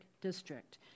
District